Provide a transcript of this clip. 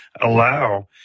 allow